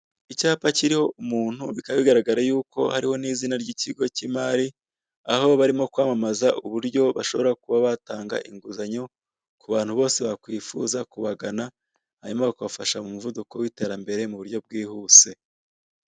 Icyapa kiriho umuntu bikaba bigaragara yuko hariho n'izina ry'ikigo cy'imari aho barimo kwamamaza uburyo bashobora kuba batanga inguzanyo ku bantu bose bakwifuza kubagana hanyuma bakabafasha mu muvuduko w'iterambere mu buryo bwihuse.